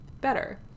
better